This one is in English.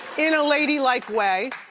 in a lady-like way.